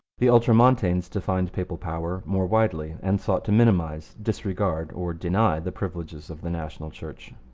the ultramontanes defined papal power more widely and sought to minimize, disregard, or deny the privileges of the national church.